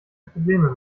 probleme